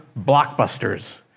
blockbusters